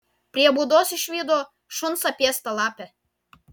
prie būdos išvydo šuns apėstą lapę